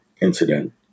incident